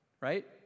right